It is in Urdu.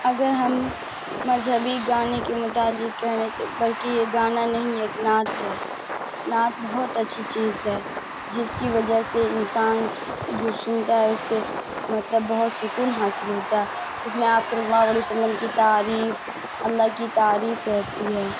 اگر ہم مذہبی گانے کے متعلق کہ رہیں تو بلکہ یہ گانا نہیں ایک نعت ہے نعت بہت اچھی چیز ہے جس کی وجہ سے انسان جو سنتا ہے اس سے مطلب بہت سکون حاصل ہوتا ہے اس میں آپ صلی اللّہ علیہ وسلم کی تعریف اللّہ کی تعریف رہتی ہے